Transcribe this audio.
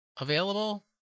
available